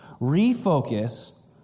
refocus